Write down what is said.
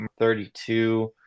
32